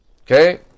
Okay